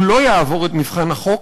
הוא לא יעבור את מבחן החוק